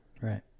Right